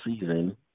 season